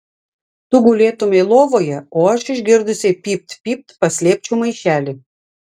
tu gulėtumei lovoje o aš išgirdusi pypt pypt paslėpčiau maišelį